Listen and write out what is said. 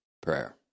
prayer